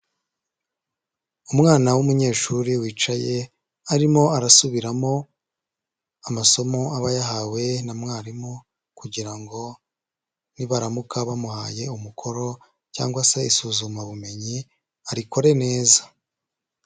Umwana w'umunyeshuri wicaye, arimo arasubiramo amasomo aba yahawe na mwarimu kugira ngo nibaramuka bamuhaye umukoro cyangwa se isuzumabumenyi arikore neza.